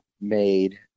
made